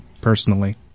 personally